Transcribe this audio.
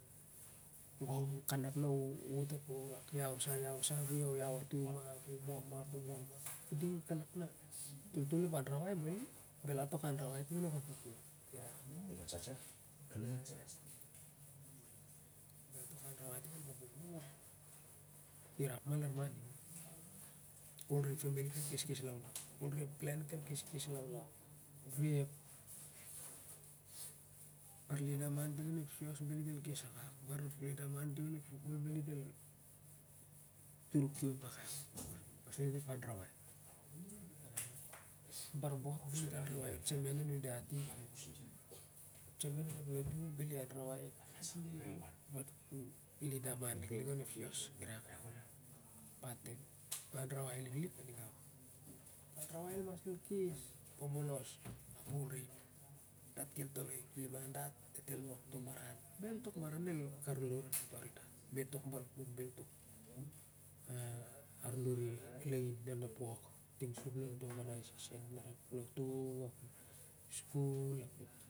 Gong kanak na u wot ap ol rak iau sa, iau sa, api laulau atongi ap u mo ma ap u mo ma, iding kanak na toltol onep ian ra wai bali, belal tok anrawai ting onep pal paklim irak belal tok anrawai ting onep pal kuklum ap, ira kona larman ning ol re ep famili kol keskes laulau, ol re ep klen kol keskes laulau ol re ep bar lida man ting onep sios bel dit el kes akak, bar lida man ting onep sukul bel ditel tur kiom akak pasin onep anrawai ahah, bar bot bel diat anrawai ep tseman anun diat, ap ep tseman onep lotu beli anrawai ep bar lida man liklik onep sios irak, bat i ianrawai liklik aningau, ep anrawai el enas el kes bobolos, ap ol re dat kel toloi ep liman dat, datel wok to baran, bel tok baran el kar lur an potorin dat. bel tok bal kut, bel tok ah aluri lae onep wok, ting sup lonto orgensaition larep lotu, ap skul ap.